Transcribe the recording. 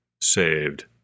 saved